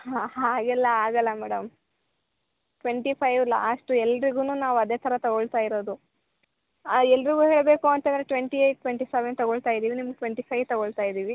ಹಾಂ ಹಾಗೆಲ್ಲ ಆಗೋಲ್ಲ ಮೇಡಮ್ ಟ್ವೆಂಟಿ ಫೈವ್ ಲಾಸ್ಟ್ ಎಲ್ರಿಗು ನಾವು ಅದೇ ಥರ ತೊಗೊಳ್ತ ಇರೋದು ಎಲ್ಲರಿಗು ಹೇಳಬೇಕು ಅಂತಂದರೆ ಟ್ವೆಂಟಿ ಏಯ್ಟ್ ಟ್ವೆಂಟಿ ಸವೆನ್ ತೊಗೊಳ್ತ ಇದ್ದೀವಿ ನಿಮಗೆ ಟ್ವೆಂಟಿ ಫೈಯ್ ತೊಗೊಳ್ತಾ ಇದ್ದೀವಿ